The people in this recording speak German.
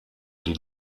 die